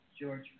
George